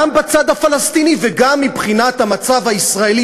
גם בצד הפלסטיני וגם מבחינת המצב הישראלי,